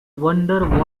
wonder